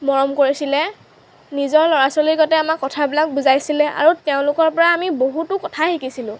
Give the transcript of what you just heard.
মৰম কৰিছিলে নিজৰ ল'ৰা ছোৱালীৰ গতে আমাক কথাবিলাক বুজাইছিলে আৰু তেওঁলোকৰ পৰাই আমি বহুতো কথাই শিকিছিলোঁ